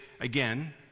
again